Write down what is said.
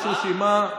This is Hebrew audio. יש רשימה.